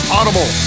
Audible